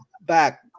back